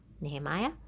Nehemiah